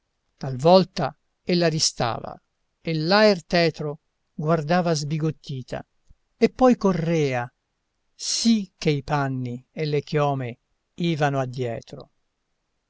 trabocchi talvolta ella ristava e l'aer tetro guardava sbigottita e poi correa sì che i panni e le chiome ivano addietro